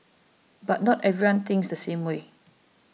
but not everyone thinks the same way